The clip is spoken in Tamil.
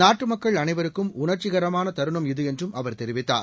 நாட்டு மக்கள் அனைவருக்கும் உணா்ச்சிகரமான தருணம் இது என்றும் அவா் தெரிவித்தார்